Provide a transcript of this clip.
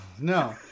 No